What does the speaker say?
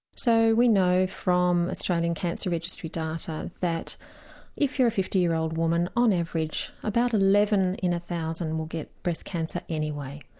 so we know from australian cancer registry data that if you're a fifty year old woman on average about eleven in one thousand will get breast cancer anyway.